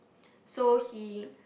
so he